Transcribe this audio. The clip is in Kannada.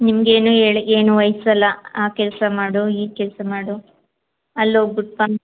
ನಿಮ್ಗೆ ಏನು ಹೇಳು ಏನು ವಹಿಸಲ್ಲ ಆ ಕೆಲಸ ಮಾಡು ಈ ಕೆಲಸ ಮಾಡು ಅಲ್ಲಿ ಹೋಗ್ಬಿಟ್ಟು ಬಾ